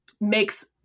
makes